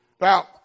Now